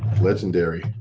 legendary